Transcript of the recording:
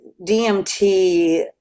dmt